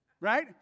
right